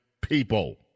people